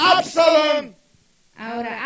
Absalom